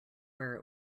where